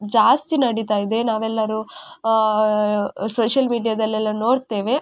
ಜಾಸ್ತಿ ನಡಿತಾಯಿದೆ ನಾವೆಲ್ಲರು ಸೋಷಿಯಲ್ ಮೀಡಿಯಾದಲ್ಲೆಲ್ಲ ನೋಡ್ತೇವೆ